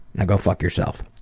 ah go fuck yourself.